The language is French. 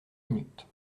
minutes